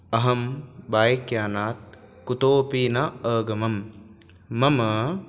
अहं बैक्यानात् कुतोपि न अगमं मम